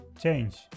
change